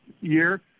year